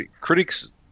critics